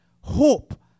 hope